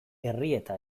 errieta